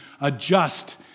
adjust